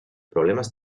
problemas